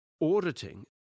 auditing